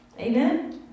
Amen